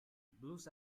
blues